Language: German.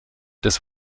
des